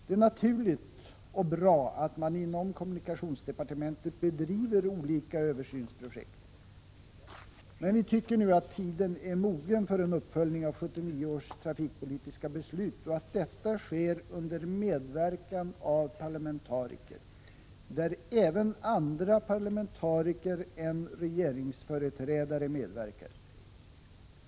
Det är naturligt och bra att man inom kommunikationsdepartementet bedriver olika översynsprojekt, men vi tycker nu att tiden är mogen för en uppföljning av 1979 års trafikpolitiska beslut och att detta sker under medverkan av parlamentariker, där även andra parlamentariker än rege ringsföreträdare medverkar.